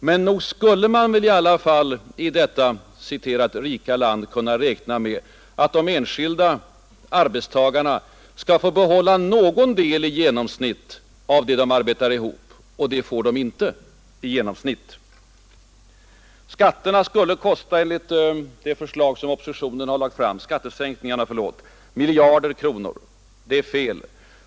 Men nog skulle man i alla fall i detta ”rika” land kunna begära att de enskilda arbetstagarna skulle få behålla någon del i genomsnitt av det de arbetar ihop. Men det får de inte. Skattesänkningarna skulle enligt det förslag som oppositionen har lagt fram kosta miljarder kronor, påstod herr Sträng. Det är fel.